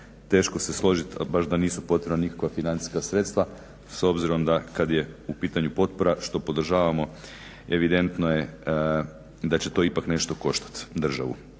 teško se složiti ali baš da nisu potrebna nikakva financijska sredstva s obzirom da kada je u pitanju potpora što podržavamo evidentno je da će to ipak nešto koštati državu